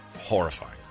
horrifying